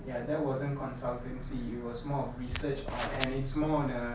ya that wasn't consultancy it was more of research on and it's more on a